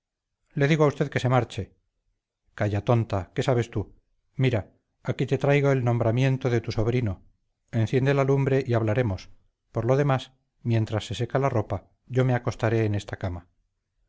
le digo a usted que se marche calla tonta qué sabes tú mira aquí te traigo un nombramiento de tu sobrino enciende la lumbre y hablaremos mientras se seca la ropa yo me acostaré en esta cama